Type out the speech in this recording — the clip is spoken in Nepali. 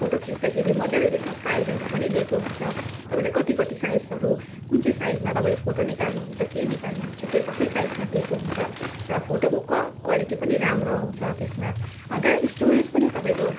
फोटो खिच्दाखेरि मजाले त्यसमा साइजहरू पनि दिएको हुन्छ तपाईँले कति कति साइजहरू कुन चाहिँ साइजमा तपाईँले फोटो निकाल्नुहुन्छ के निकाल्नुहुन्छ त्यो सबै साइजमा दिएको हुन्छ र फोटोको क्वा क्वालिटी पनि राम्रो आउँछ त्यसमा अन्त स्टोरेज पनि तपाईँको